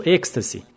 Ecstasy